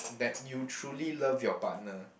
that you truly love your partner